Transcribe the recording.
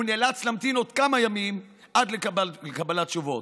הוא נאלץ להמתין עוד כמה ימים עד לקבלת תשובות.